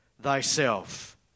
thyself